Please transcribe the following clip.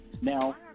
Now